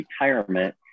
retirement